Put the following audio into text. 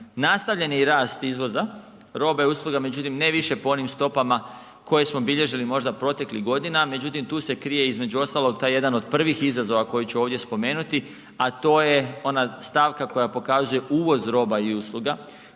Nastavljen je i rast izvoza, robe, usluga međutim ne više po onim stopama koje smo bilježili možda proteklih godina međutim, tu se krije između ostalog taj jedan od prvih izazova koje ću ovdje spomenuti a to je ona stavka koja pokazuje uvoz roba i usluga,